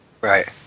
Right